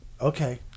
Okay